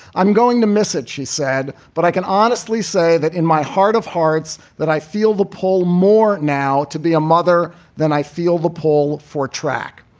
i'm going to miss it, she said. but i can honestly say that in my heart of hearts that i feel the pull more now to be a mother than i feel the pole four-track.